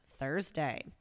Thursday